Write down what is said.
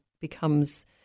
becomes